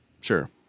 Sure